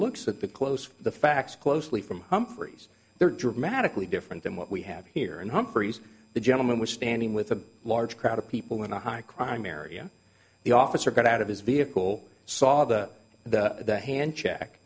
looks at the close of the facts closely from humphries there are dramatically different than what we have here and humphries the gentleman was standing with a large crowd of people in a high crime area the officer got out of his vehicle saw the hand check and the